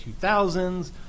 2000s